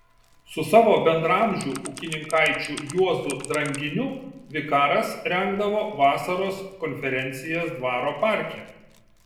su savo bendraamžiu ūkininkaičiu juozu dranginiu vikaras rengdavo vasaros konferencijas dvaro parke